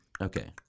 Okay